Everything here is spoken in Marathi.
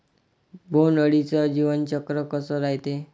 बोंड अळीचं जीवनचक्र कस रायते?